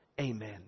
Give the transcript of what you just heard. Amen